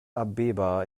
abeba